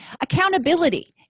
accountability